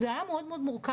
זה היה מאוד מאוד מורכב,